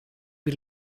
per